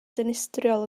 dinistriol